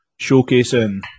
showcasing